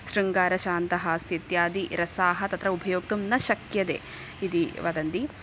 शृङ्गारशान्तहास्यम् इत्यादि रसाः तत्र उपयोक्तुं न शक्यते इति वदन्ति